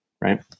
right